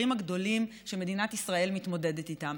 הגדולים שמדינת ישראל מתמודדת איתם.